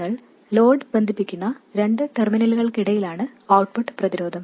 നിങ്ങൾ ലോഡ് ബന്ധിപ്പിക്കുന്ന രണ്ട് ടെർമിനലുകൾക്കിടയിലാണ് ഔട്ട്പുട്ട് പ്രതിരോധം